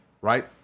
right